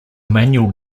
manual